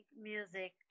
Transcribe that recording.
music